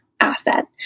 asset